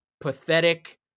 pathetic